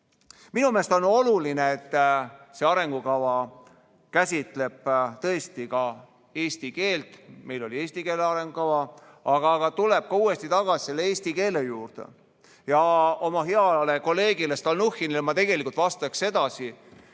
Minu meelest on oluline, et arengukava käsitleb tõesti ka eesti keelt (meil oli eesti keele arengukava), tuleb uuesti tagasi eesti keele juurde. Heale kolleegile Stalnuhhinile ma vastaks sedasi,